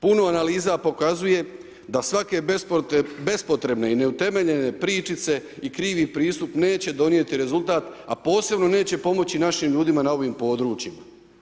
Puno analiza pokazuje da svake bespotrebne i neutemeljene pričice i krivi pristup neće donijeti rezultat a posebno neće pomoći našim ljudima na ovim područjima.